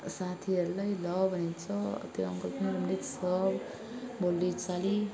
साथीहरूलाई ल भनेको छ त्यो अङ्कल पनि राम्रो छ बोली चाली